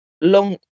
long